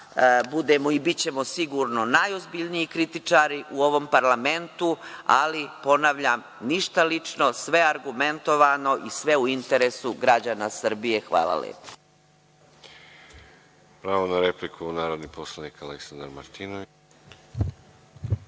budemo i bićemo sigurno najozbiljniji kritičari u ovom parlamentu. Ali, ponavljam, ništa lično, sve argumentovano i sve u interesu građana Srbije. Hvala lepo.